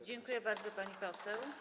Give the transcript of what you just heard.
Dziękuję bardzo, pani poseł.